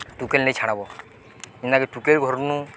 ଟୁକେଲ୍ ନେଇ ଛାଡ଼ବ ଇନେ ବି ଟୁକେଲ୍ ଘରନୁ